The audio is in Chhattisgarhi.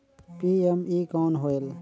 पी.एम.ई कौन होयल?